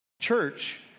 church